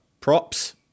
props